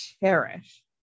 cherish